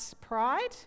pride